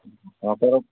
مطلب